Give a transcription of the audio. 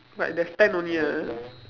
but there's ten only ah